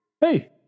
hey